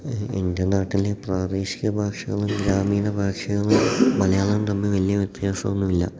എൻ്റെ നാട്ടിലെ പ്രാദേശിക ഭാഷയും ഗ്രാമീണ ഭാഷയും മലയാളം തമ്മിൽ വലിയ വ്യത്യാസം ഒന്നുമില്ല